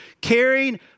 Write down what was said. caring